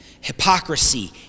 hypocrisy